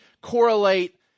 correlate